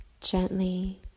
gently